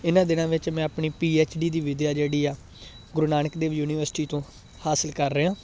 ਇਹਨਾਂ ਦਿਨਾਂ ਵਿੱਚ ਮੈਂ ਆਪਣੀ ਪੀਐਚਡੀ ਦੀ ਵਿੱਦਿਆ ਜਿਹੜੀ ਆ ਗੁਰੂ ਨਾਨਕ ਦੇਵ ਯੂਨੀਵਰਸਿਟੀ ਤੋਂ ਹਾਸਿਲ ਕਰ ਰਿਹਾ